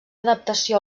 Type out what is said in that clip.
adaptació